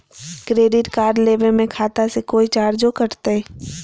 Credit card लेवे में खाता से कोई चार्जो कटतई?